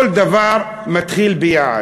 כל דבר מתחיל ביעד.